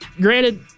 Granted